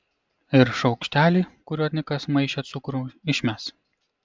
ir šaukštelį kuriuo nikas maišė cukrų išmes